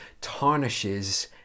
tarnishes